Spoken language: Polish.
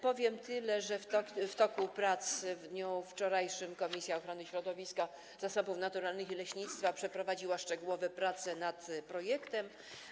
Powiem tyle, że w toku prac w dniu wczorajszym Komisja Ochrony Środowiska, Zasobów Naturalnych i Leśnictwa przeprowadziła szczegółowe prace nad projektem.